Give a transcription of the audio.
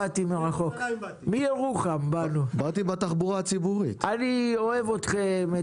במדינות אירופה ובארצות הברית לנכים יש תחבורה ציבורית חינם אין כסף.